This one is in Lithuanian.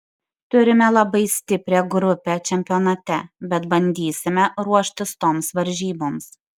turime labai stiprią grupę čempionate bet bandysime ruoštis toms varžyboms